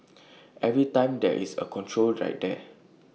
every time there is A control right there